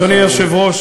אדוני היושב-ראש,